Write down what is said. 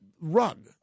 rug